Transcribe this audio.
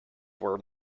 were